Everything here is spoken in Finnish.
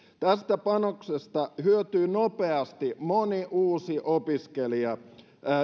tästä panoksesta hyötyy nopeasti moni uusi opiskelija